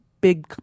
big